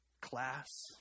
class